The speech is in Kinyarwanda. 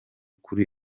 kuri